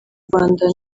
rwanda